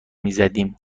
میزدیم